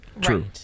True